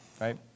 right